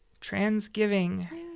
transgiving